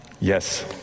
yes